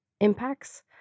impacts